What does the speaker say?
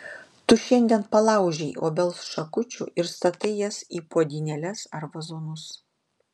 tu šiandien palaužei obels šakučių ir statai jas į puodynėles ar vazonus